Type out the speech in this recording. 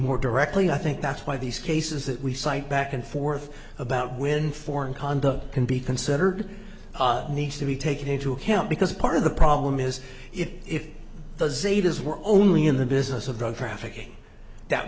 more directly i think that's why these cases that we cite back and forth about when foreign conduct can be considered needs to be taken into account because part of the problem is if the zetas were only in the business of drug trafficking that